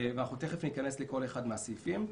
ואנחנו תיכף ניכנס לכל אחד מהסעיפים.